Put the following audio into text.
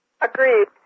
Agreed